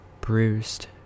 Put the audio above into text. bruised